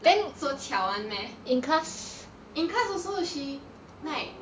like so 巧 [one] meh in class also she like